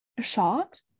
shocked